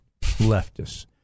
leftists